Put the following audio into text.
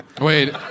Wait